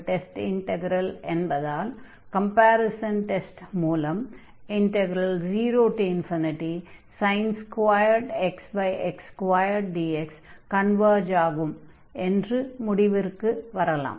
test integral converge ஆவதால் comparison test மூலம் 0x x2dx converge ஆகும் என்ற முடிவிற்கு வரலாம்